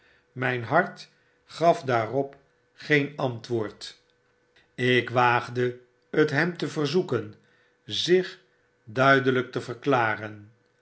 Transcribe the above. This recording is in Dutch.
myn hart gaf daarop geen antwoord ik waagde het hem te verzoeken zich duidelijk te verklaren